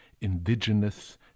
indigenous